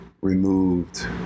removed